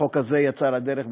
החוק הזה יצא לדרך בזכותו,